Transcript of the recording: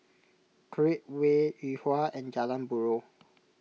Create Way Yuhua and Jalan Buroh